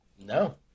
no